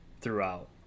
throughout